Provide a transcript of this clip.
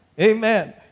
Amen